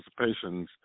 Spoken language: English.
participations